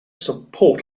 support